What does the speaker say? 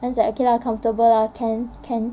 then it's like okay lah comfortable lah can can